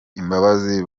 imbabazi